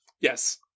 Yes